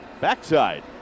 backside